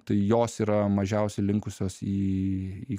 tai jos yra mažiausiai linkusios į